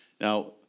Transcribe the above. Now